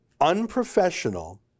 unprofessional